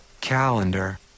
Calendar